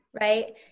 right